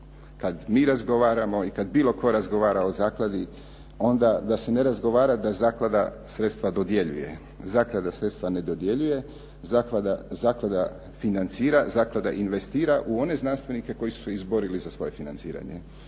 Kad mi razgovaramo i kad bilo tko razgovara o zakladi onda da se ne razgovara da zaklada sredstva dodjeljuje. Zaklada sredstva ne dodjeljuje, zaklada financira, zaklada investira u one znanstvenike koji su se izborili za svoje financiranje.